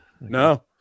no